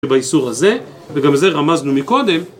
באיסור הזה, וגם זה רמזנו מקודם.